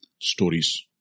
stories